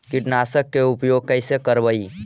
कीटनाशक के उपयोग कैसे करबइ?